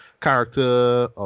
character